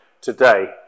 today